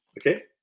okay